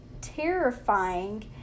terrifying